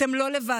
אתם לא לבד,